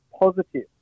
positive